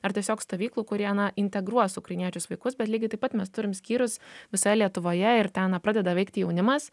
ar tiesiog stovyklų kurie na integruos ukrainiečius vaikus bet lygiai taip pat mes turim skyrius visoje lietuvoje ir ten pradeda veikti jaunimas